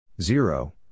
Zero